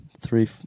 Three